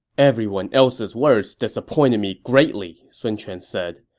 everyone else's words disappointed me greatly, sun quan said.